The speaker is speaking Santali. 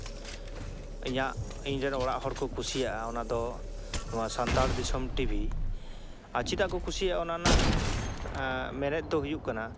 ᱤᱧᱟᱹᱜ ᱤᱧᱨᱮᱱ ᱚᱲᱟᱜ ᱦᱚᱲ ᱠᱚ ᱠᱩᱥᱤᱭᱟᱜᱼᱟ ᱚᱱᱟᱫᱚ ᱱᱚᱣᱟ ᱥᱟᱱᱛᱟᱲ ᱫᱤᱥᱚᱢ ᱴᱤᱵᱷᱤ ᱟᱨ ᱪᱮᱫᱟᱜ ᱠᱚ ᱠᱩᱥᱤᱭᱟᱜᱼᱟ ᱚᱱᱟ ᱨᱮᱱᱟᱜ ᱢᱮᱱᱮᱛ ᱫᱚ ᱦᱩᱭᱩᱜ ᱠᱟᱱᱟ